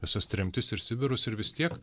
visas tremtis ir sibirus ir vis tiek